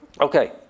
Okay